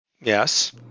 Yes